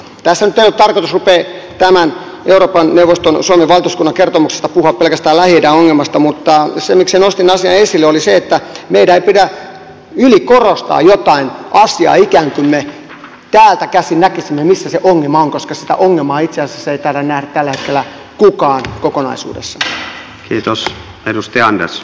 tässä nyt ei ole tarkoitus tämän euroopan neuvoston suomen valtuuskunnan kertomuksesta puhua pelkästään lähi idän ongelmasta mutta nostin asian esille siksi että meidän ei pidä ylikorostaa jotain asiaa ikään kuin me täältä käsin näkisimme missä se ongelma on koska sitä ongelmaa itse asiassa ei taida nähdä tällä hetkellä kukaan kokonaisuudessaan